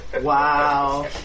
Wow